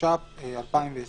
התש"ף 2020